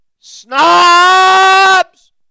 snobs